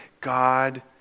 God